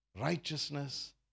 Righteousness